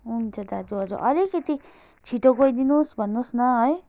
हुन्छ दाजु हजुर अलिकति छिट्टो गइदिनोस् भन्नोस् न है